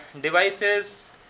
devices